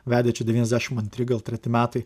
vedė čia devyniasdešimt antri gal treti metai